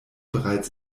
bereits